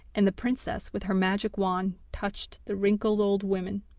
and the princess with her magic wand touched the wrinkled old women,